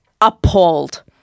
appalled